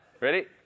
ready